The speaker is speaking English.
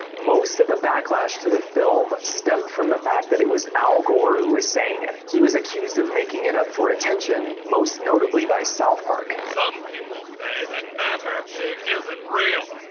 most of the backlash to the film stemmed from the fact that it was al gore who was saying it. he was accused of making it up for attention, most notably by south park. some people say that manbearpig isn't real.